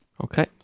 okay